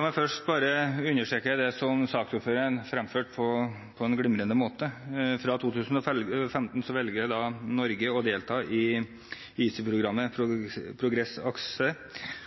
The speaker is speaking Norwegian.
meg først bare understreke det som saksordføreren fremførte på en glimrende måte. Fra 2015 velger Norge å delta i